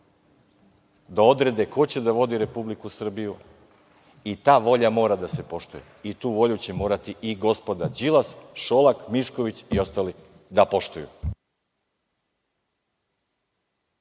da odrede ko će da vodi Republiku Srbiju i ta volja mora da se poštuje i tu volju će morati i gospoda Đilas, Šolak, Mišković i ostali da poštuju.